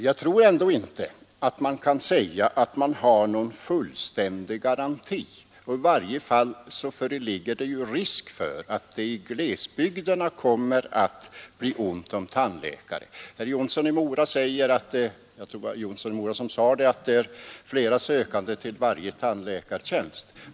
Jag tror således att man inte kan säga att det finns någon fullständig garanti, och i varje fall föreligger ju risk för att det i glesbygderna kommer att bli ont om tandläkare. Det var visst herr Ringaby som sade att det är flera sökande till varje tandläkartjänst.